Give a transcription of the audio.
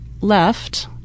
left